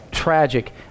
tragic